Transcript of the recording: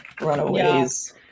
runaways